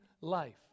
life